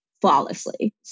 flawlessly